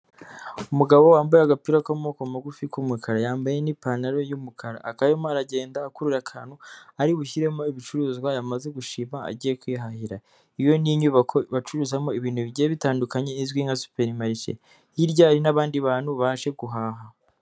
Umugabo wambaye agapira k'amoko magufi k'umukara. Yambaye n'ipantaro y'umukara. Akaba arimo aragenda akurura akantu ari bushyiremo ibicuruzwa yamaze gushima, agiye kwihahira. Iyi yo ni inyubako bacururuzamo ibintu bigiye bitandukanye, izwi nka superimarishe. Hirya hari n'abandi bantu baje guhaha.